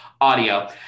audio